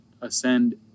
ascend